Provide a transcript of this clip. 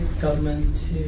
government